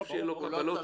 או תשלום שהיה בקופה.